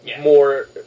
more